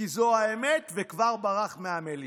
כי זו האמת, וכבר ברח מהמליאה.